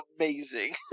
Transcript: amazing